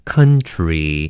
Country